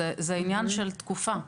זה עניין של תקופה.